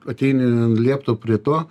ateini liepto prie to